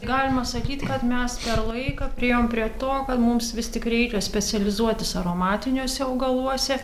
galima sakyt kad mes per laiką priėjom prie to kad mums vis tik reikia specializuotis aromatiniuose augaluose